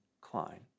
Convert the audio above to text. Klein